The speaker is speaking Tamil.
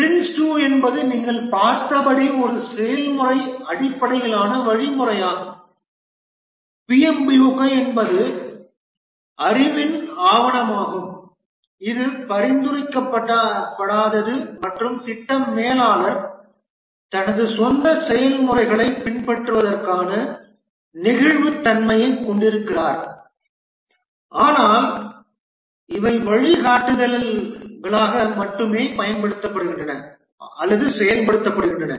PRINCE2 என்பது நீங்கள் பார்த்தபடி ஒரு செயல்முறை அடிப்படையிலான வழிமுறையாகும் PMBOK என்பது அறிவின் ஆவணமாகும் இது பரிந்துரைக்கப்படாதது மற்றும் திட்ட மேலாளர் தனது சொந்த செயல்முறைகளை பின்பற்றுவதற்கான நெகிழ்வுத்தன்மையைக் கொண்டிருக்கிறார் ஆனால் இவை வழிகாட்டுதல்களாக மட்டுமே செயல்படுகின்றன